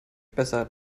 besser